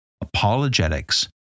apologetics